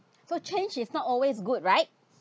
so change is not always good right